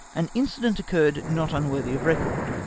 an incident occurred not unworthy of record.